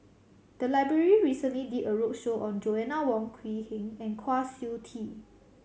the library recently did a roadshow on Joanna Wong Quee Heng and Kwa Siew Tee